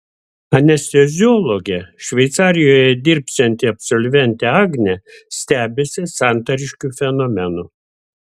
anesteziologe šveicarijoje dirbsianti absolventė agnė stebisi santariškių fenomenu